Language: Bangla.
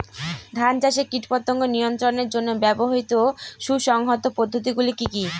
ধান চাষে কীটপতঙ্গ নিয়ন্ত্রণের জন্য ব্যবহৃত সুসংহত পদ্ধতিগুলি কি কি?